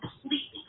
completely